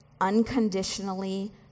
unconditionally